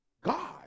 God